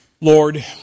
Lord